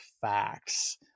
facts